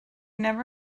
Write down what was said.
never